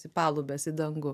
į palubes į dangų